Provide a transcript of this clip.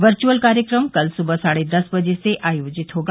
virtual कार्यक्रम कल सुबह साढ़े दस बजे से आयोजित होगा